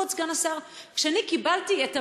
כבוד סגן השר: כשקיבלתי את המידע,